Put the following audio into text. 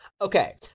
Okay